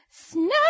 Snow